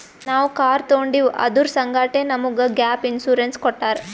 ನಾವ್ ಕಾರ್ ತೊಂಡಿವ್ ಅದುರ್ ಸಂಗಾಟೆ ನಮುಗ್ ಗ್ಯಾಪ್ ಇನ್ಸೂರೆನ್ಸ್ ಕೊಟ್ಟಾರ್